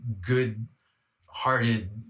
good-hearted